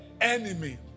enemy